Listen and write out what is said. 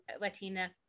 Latina